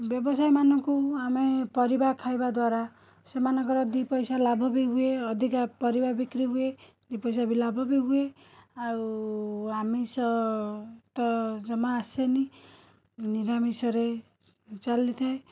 ବ୍ୟବସାୟୀ ମାନଙ୍କୁ ଆମେ ପରିବା ଖାଇବା ଦ୍ୱାରା ସେମାନଙ୍କର ଦୁଇପଇସା ଲାଭ ବି ହୁଏ ଅଧିକା ପରିବା ବିକ୍ରି ହୁଏ ଦୁଇପଇସା ଲାଭ ବି ହୁଏ ଆଉ ଆମିଷ ତ ଜମା ଆସେନି ନିରାମିଷରେ ଚାଲିଥାଏ